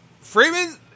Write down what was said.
Freeman